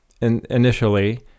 initially